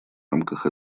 рамках